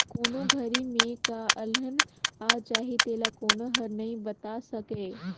कोन घरी में का अलहन आ जाही तेला कोनो हर नइ बता सकय